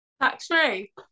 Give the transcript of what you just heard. Tax-free